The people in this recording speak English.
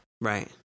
Right